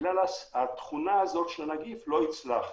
בגלל התכונה הזו של הנגיף לא הצלחנו.